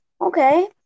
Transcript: Okay